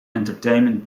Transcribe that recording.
entertainment